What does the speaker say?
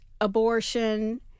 abortion